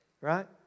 Right